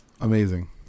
amazing